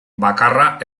bakarra